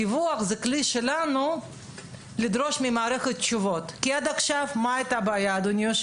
הדיווח הוא כלי שלנו לדרוש מהמערכת תשובות כי עד עכשיו הבעיה הייתה שאף